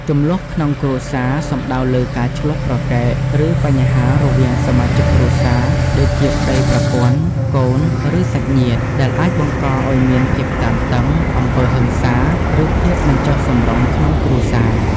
ជម្លោះក្នុងគ្រួសារ សំដៅលើ ការឈ្លោះប្រកែក ឬបញ្ហារវាងសមាជិកគ្រួសារ ដូចជាប្តីប្រពន្ធ កូន ឬសាច់ញាតិ ដែលអាចបង្កឱ្យមានភាពតានតឹង អំពើហិង្សា ឬភាពមិនចុះសម្រុងក្នុងគ្រួសារ។